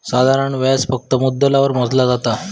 साधारण व्याज फक्त मुद्दलावर मोजला जाता